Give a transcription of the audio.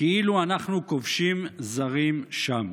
כאילו אנחנו כובשים זרים שם.